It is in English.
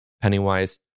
Pennywise